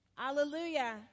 Hallelujah